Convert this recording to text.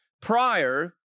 prior